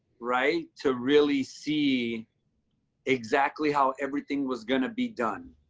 right? to really see exactly how everything was going to be done.